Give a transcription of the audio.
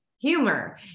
Humor